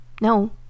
No